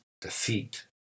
defeat